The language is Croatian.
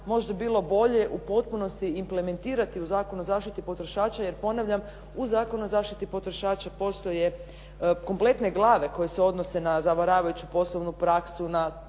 možda bilo bolje u potpunosti implementirati u Zakon o zaštiti potrošača. Jer ponavljam, u Zakonu o zaštiti potrošača postoje kompletne glave koje se odnose na zavaravajuću poslovnu praksu,